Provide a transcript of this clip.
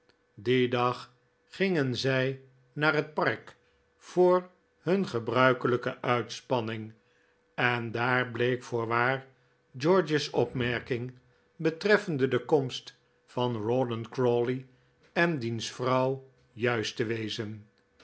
dien dag gingen zij naar het park voor hun gebruikelijke uitspanning en daar bleek voorwaar george's opmerking betreffende de komst van rawdon crawley en diens vrouw juist te wezen